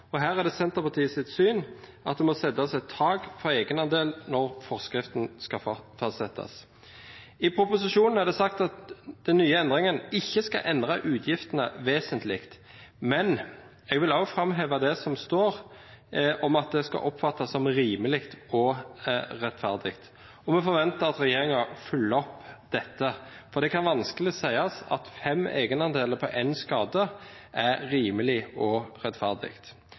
sentralt. Her er det Senterpartiets syn at det må settes et tak for egenandel når forskriften skal fastsettes. I proposisjonen er det sagt at den nye ordningen ikke skal endre utgiftene vesentlig, men jeg vil også framheve det som står om at det skal oppfattes som «rimelig og rettferdig». Vi forventer at regjeringen følger opp dette, for det kan vanskelig sies at fem egenandeler på én skade er rimelig og rettferdig.